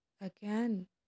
again